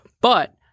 But-